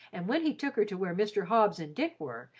and when he took her to where mr. hobbs and dick were,